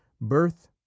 Birth